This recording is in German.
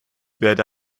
werde